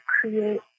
create